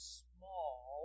small